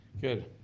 Good